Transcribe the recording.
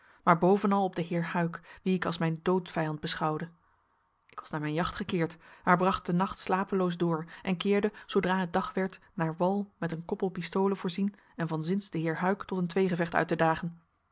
heynsz maar bovenal op den heer huyck wien ik als mijn doodvijand beschouwde ik was naar mijn jacht gekeerd maar bracht den nacht slapeloos door en keerde zoodra het dag werd naar wal met een koppel pistolen voorzien en van zins den heer huyck tot een tweegevecht uit te dagen